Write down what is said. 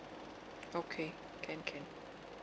okay can can